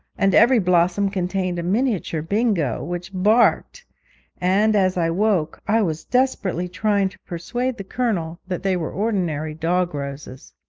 and every blossom contained a miniature bingo, which barked and as i woke i was desperately trying to persuade the colonel that they were ordinary dog-roses.